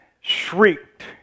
shrieked